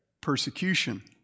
persecution